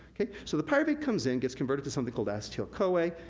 so, the pyruvate comes in, gets converted to something called acetyl-coa,